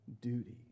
duty